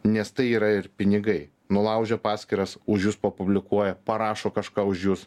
nes tai yra ir pinigai nulaužia paskyras už jus papublikuoja parašo kažką už jus